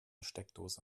steckdose